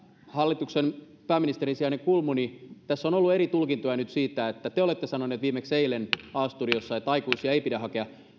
hallituksen pääministerin sijainen kulmuni tässä on ollut eri tulkintoja nyt siitä että te olette sanonut viimeksi eilen a studiossa että aikuisia ei pidä hakea